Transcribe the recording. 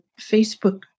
Facebook